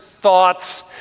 thoughts